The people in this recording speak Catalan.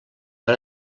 per